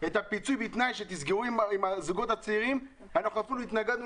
את הפיצוי בתנאי שתסגרו עם הזוגות הצעירים אנחנו התנגדנו